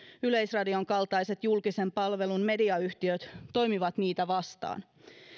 yleisradion kaltaiset julkisen palvelun mediayhtiöt toimivat niitä vastaan